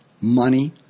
money